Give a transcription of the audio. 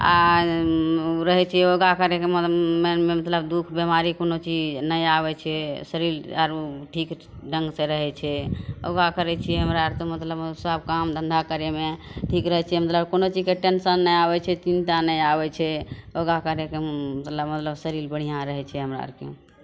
आओर रहै छिए योगा करैके मोन मेन मतलब दुख बेमारी कोनो चीज नहि आबै छै शरीर आओर ठीक ढङ्गसे रहै छै योगा करै छिए हमरा आओर तऽ मतलब सब काम धन्धा करैमे ठीक रहै छिए मतलब कोनो चीजके टेन्शन नहि आबै छै चिन्ता नहि आबै छै योगा करैके मतलब शरीर बढ़िआँ रहै छै हमरा आओरके